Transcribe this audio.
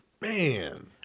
man